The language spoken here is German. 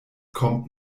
kommt